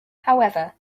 however